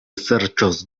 serĉos